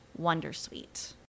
Wondersuite